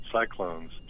cyclones